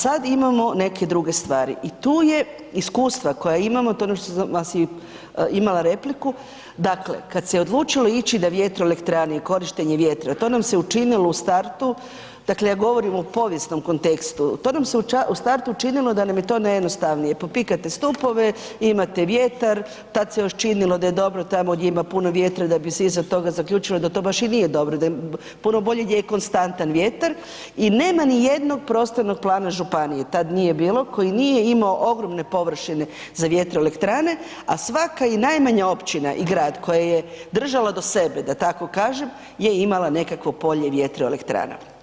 Sad imamo neke druge stvari i tu je iskustva koja imamo, to je ono što sam imala repliku, dakle kad se odlučilo ići na vjetroelektrane i korištenje vjetra to nam se učinilo u startu, dakle ja govorim u povijesnom kontekstu to nam se u startu učinilo da nam je to najjednostavnije, popikate stupove, imate vjetar, tad se još činilo da je dobro tamo gdje ima puno vjetra da bi se iza toga zaključilo da to baš i nije dobro, da je puno bolje gdje je konstantan vjetar i nema ni jednog prostornog plana županije, tad nije bilo, koji nije imao ogromne površine za vjetroelektrane, a svaka i najmanja općina i grad koja je držala do sebe, da tako kažem, je imala nekakvo polje vjetroelektrana.